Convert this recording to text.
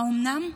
האומנם?